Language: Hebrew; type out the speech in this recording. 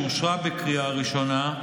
שאושרה בקריאה ראשונה,